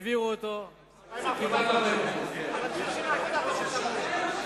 העבירו אותו, מה עם ה-60% האחרים?